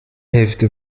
hälfte